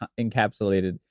encapsulated